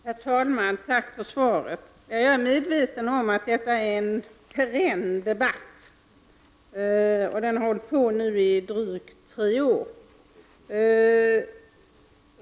Herr talman! Tack för svaret. Jag är medveten om att detta är en perenn debatt. Den har hållit på i drygt tre år nu.